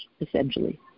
essentially